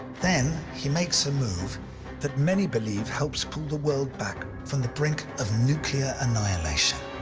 then, he makes a move that many believe helps pull the world back from the brink of nuclear annihilation.